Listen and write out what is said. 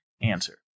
answer